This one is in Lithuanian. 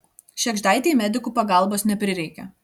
šėgždaitei medikų pagalbos neprireikė